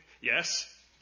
Yes